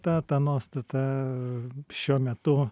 ta ta nuostata šiuo metu